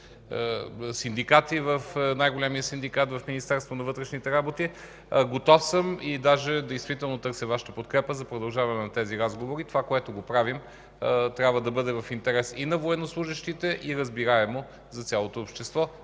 отбраната, с най-големия синдикат в Министерството на вътрешните работи. Готов съм и действително търся Вашата подкрепа за продължаване на тези разговори. Това, което правим, трябва да бъде в интерес и на военнослужещите, и разбираемо за цялото общество,